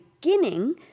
beginning